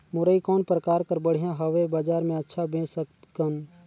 मुरई कौन प्रकार कर बढ़िया हवय? बजार मे अच्छा बेच सकन